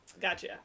Gotcha